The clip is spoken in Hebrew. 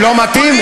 לא מתאים לך, חיים.